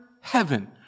heaven